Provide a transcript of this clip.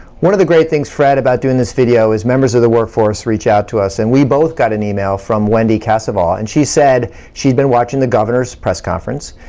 one of the great things, fred, about doing this video is members of the workforce reach out to us. and we both got an email from wendy cassavaugh. and she said she'd been watching the governor's press conference,